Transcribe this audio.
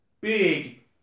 big